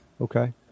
Okay